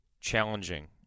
challenging